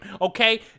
okay